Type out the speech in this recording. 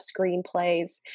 screenplays